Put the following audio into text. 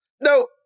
no